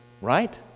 right